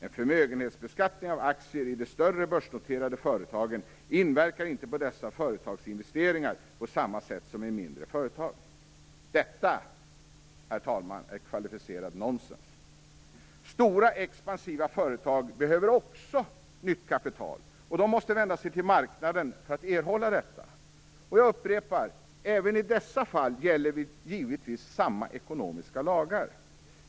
En förmögenhetsbeskattning av aktier i de större börsnoterade företagen inverkar inte på dessa företags investeringar på samma sätt som i mindre företag." Detta, herr talman, är kvalificerat nonsens. Stora expansiva företag behöver också nytt kapital, och de måste vända sig till marknaden för att erhålla detta. Jag upprepar: Även i dessa fall gäller givetvis samma ekonomiska lagar.